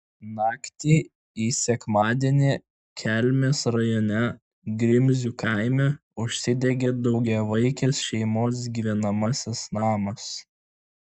naktį į sekmadienį kelmės rajone grimzių kaime užsidegė daugiavaikės šeimos gyvenamasis namas